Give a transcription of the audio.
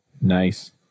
Nice